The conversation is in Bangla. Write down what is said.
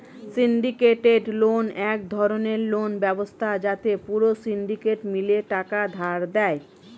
সিন্ডিকেটেড লোন এক ধরণের লোন ব্যবস্থা যাতে পুরো সিন্ডিকেট মিলে টাকা ধার দেয়